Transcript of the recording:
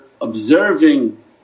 observing